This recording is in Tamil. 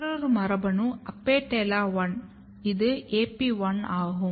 மற்றொரு மரபணு APETALA1 இது AP1 ஆகும்